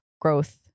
growth